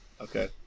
Okay